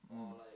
mm